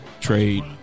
trade